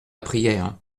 prière